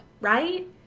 right